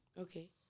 Okay